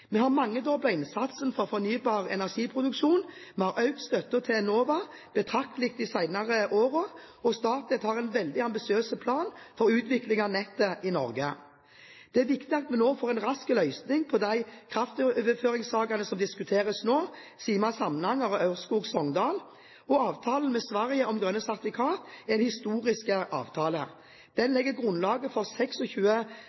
Vi har mangedoblet innsatsen for fornybar energiproduksjon, vi har økt støtten til Enova betraktelig de senere årene, og Statnett har en meget ambisiøs plan for utvikling av nettet i Norge. Det er viktig at vi får en rask løsning på de kraftoverføringssakene som diskuteres nå – Sima–Samnanger og Ørskog–Sogndal. Avtalen med Sverige om grønne sertifikater er en historisk avtale. Den